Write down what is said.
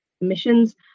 emissions